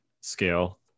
Scale